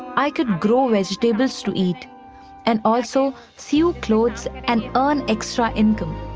i could grow vegetables to eat and also sew clothes and earn extra income.